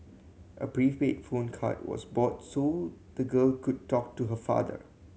a prepaid phone card was bought so the girl could talk to her father